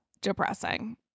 depressing